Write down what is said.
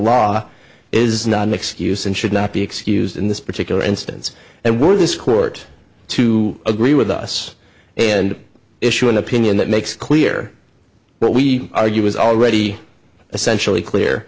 law is not an excuse and should not be excused in this particular instance and would this court to agree with us and issue an opinion that makes clear what we argue is already essentially